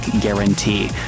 guarantee